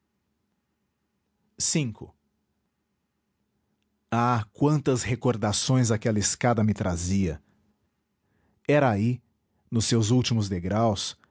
lentamente ah quantas recordações aquela escada me trazia era aí nos seus últimos degraus